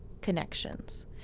connections